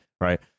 right